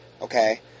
okay